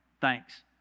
thanks